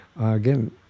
again